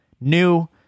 new